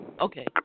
Okay